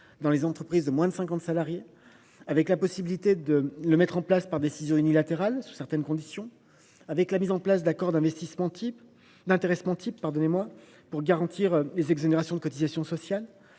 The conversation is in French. dans les entreprises de moins de 50 salariés : je pense à la possibilité de le mettre en place par décision unilatérale sous certaines conditions, à la mise en place d’accords types d’intéressement permettant de garantir les exonérations de cotisations sociales,